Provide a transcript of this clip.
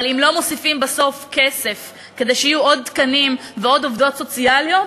אבל אם לא מוסיפים בסוף כסף כדי שיהיו עוד תקנים ועוד עובדות סוציאליות,